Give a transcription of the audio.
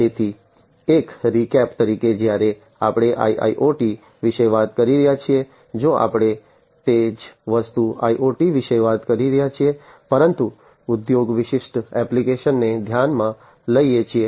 તેથી એક રીકેપ તરીકે જ્યારે આપણે IIoT વિશે વાત કરી રહ્યા છીએ જો આપણે તે જ વસ્તુ IoT વિશે વાત કરી રહ્યા છીએ પરંતુ ઉદ્યોગ વિશિષ્ટ એપ્લિકેશનને ધ્યાનમાં લઈએ છીએ